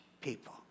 people